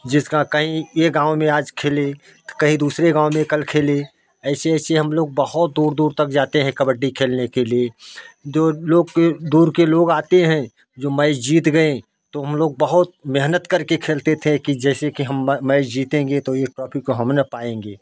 जिसका कई यह गाँव में आज खेले कहीं दूसरे गाँव में कल खेले ऐसे ऐसे हम लोग बहुत दूर दूर तक जाते हैं कबड्डी खेलने के लिए जो लोग के दूर के लोग आते हैं जो मैच जीत गए तो हम लोग बहुत मेहनत करके खेलते थे कि जैसे कि हम ब मैच जीतेंगे तो यह ट्रॉफी को हम न पाएँगे